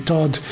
Todd